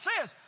says